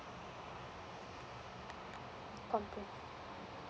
complain